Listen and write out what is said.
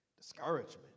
Discouragement